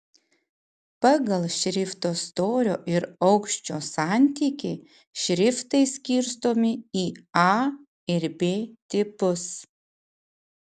pagal šrifto storio ir aukščio santykį šriftai skirstomi į a ir b tipus